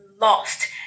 lost